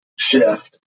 shift